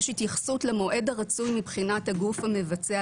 יש התייחסות למועד הרצוי מבחינת הגוף המבצע,